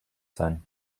sein